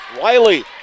Wiley